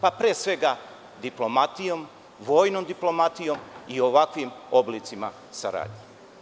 Pre svega diplomatijom, vojnom diplomatijom i ovakvim oblicima saradnje.